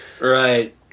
Right